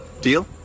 Deal